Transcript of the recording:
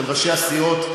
של ראשי הסיעות,